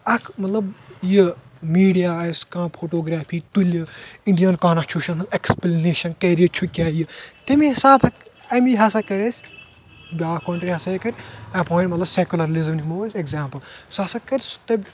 اکھ مطلب یہِ میٖڈیا آسہِ کانٛہہ فوٹو گرافی تُلہِ انڈین کانسچیوٗشن اٮ۪کٕسپٕلنیشن کٔرتھ چھُ کیٛاہ یہِ تمے حسابہٕ امی ہسا کٔرۍ أسۍ بیٛاکھ کونٹری ہسا ہیٚکہِ کٔرِتھ اٮ۪پوینٛٹ مطلب سٮ۪کلرزم نِمو أسۍ اٮ۪کزامپٕل سُہ ہسا کرِ